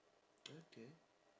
okay